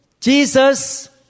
Jesus